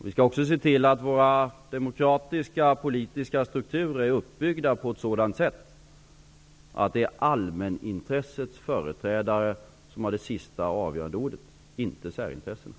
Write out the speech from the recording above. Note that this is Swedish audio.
Vi skall också se till att de demokratiska och politiska strukturerna är uppbyggda på ett sådant sätt att det är allmänintressets företrädare som har det sista och avgörande ordet, inte särintressenas.